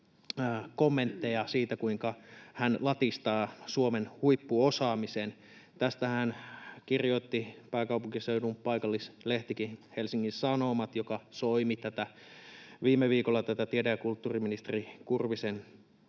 kommentteja, että kuinka hän latistaa Suomen huippuosaamisen. Tästähän kirjoitti pääkaupunkiseudun paikallislehtikin Helsingin Sanomat, joka soimi viime viikolla tätä tiede- ja kulttuuriministeri Kurvisen